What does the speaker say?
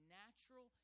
natural